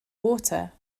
water